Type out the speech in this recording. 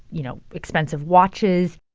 you know, expensive watches.